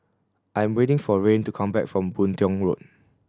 I'm waiting for Rayne to come back from Boon Tiong Road